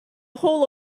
whole